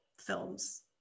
films